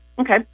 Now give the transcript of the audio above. okay